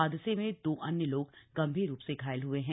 हादसे में दो अन्य लोग गंभीर रूप से घायल हए हैं